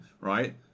right